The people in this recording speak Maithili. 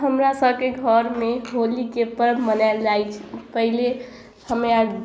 हमरा सबके घरमे होलीके पर्ब मनायल जाइ छै पहिले हम्मे आर